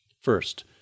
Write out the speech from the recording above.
First